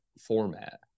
format